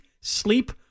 sleep